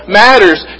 matters